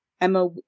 Emma